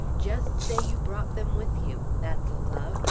just say you brought them with you, that's a love,